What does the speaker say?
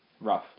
Rough